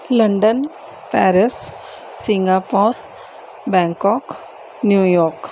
London Paris Singapore Bangkok New York